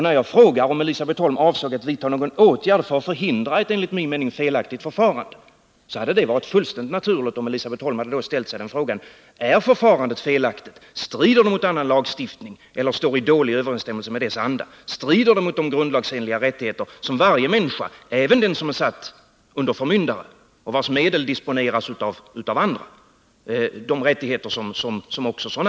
När jag frågar om Elisabet Holm avser att vidta några åtgärder för att förhindra ett enligt min mening felaktigt förfarande, hade det varit fullständigt naturligt om Elisabet Holm då ställt sig frågan: Är förfarandet felaktigt? Strider det mot annan lagstiftning eller står det i dålig överensstämmelse med dess anda? Strider förfarandet mot de grundlagsenliga rättigheter som varje människa har — även den som är satt under förmyndare och vars medel disponeras av andra?